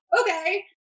okay